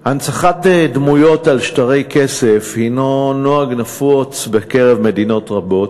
הנצחת דמויות על שטרי כסף היא נוהג נפוץ בקרב מדינות רבות,